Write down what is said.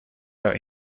out